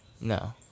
No